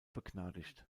begnadigt